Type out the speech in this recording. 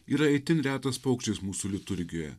yra itin retas paukštis mūsų liturgijoje